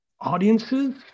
audiences